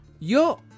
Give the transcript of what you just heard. Yo